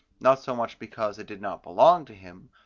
not so much because it did not belong to him,